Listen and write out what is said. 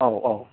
औ औ